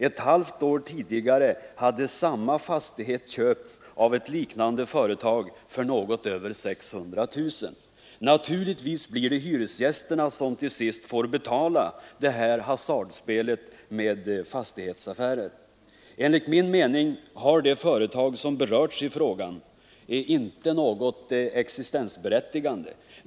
Ett halvt år tidigare hade samma fastighet köpts av ett liknande företag för något över 600 000 kronor. Naturligtvis blir det hyresgästerna som till sist får betala det här hasardspelet med fastigheter. Enligt min mening har de företag som Nr 67 berörts i frågan inte något existensberättigande.